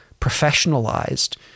professionalized